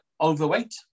overweight